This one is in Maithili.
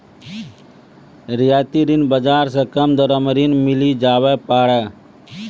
रियायती ऋण बाजार से कम दरो मे ऋण मिली जावै पारै